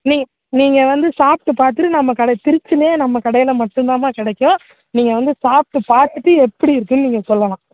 நீங்கள் நீங்கள் வந்து சாப்பிட்டு பார்த்துட்டு நம் கடை திருச்சியிலேயே நம் கடையில் மட்டும் தாம்மா கிடைக்கும் நீங்கள் வந்து சாப்பிட்டு பார்த்துட்டு எப்படி இருக்குதுன்னு நீங்கள் சொல்லலாம்